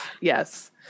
Yes